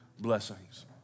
blessings